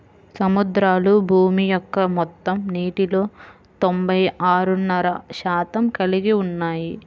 సముద్రాలు భూమి యొక్క మొత్తం నీటిలో తొంభై ఆరున్నర శాతం కలిగి ఉన్నాయి